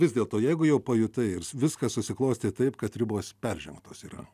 vis dėlto jeigu jau pajutai ir s viskas susiklostė taip kad ribos peržengtos yra